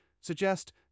suggest